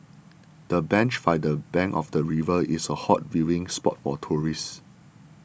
the bench by the bank of the river is a hot viewing spot for tourists